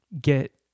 get